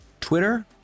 Twitter